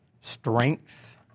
strength